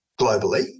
globally